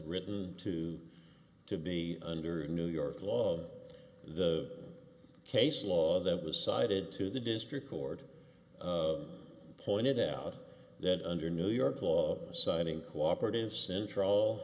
written to to be under a new york law on the case law that was cited to the district court of pointed out that under new york law signing cooperative central